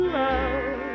love